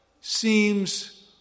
seems